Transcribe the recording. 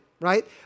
right